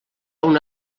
una